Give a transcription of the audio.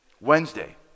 Wednesday